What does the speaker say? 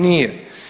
Nije.